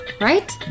Right